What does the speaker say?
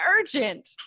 urgent